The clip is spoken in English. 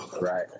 Right